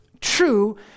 True